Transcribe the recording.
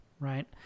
right